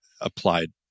applied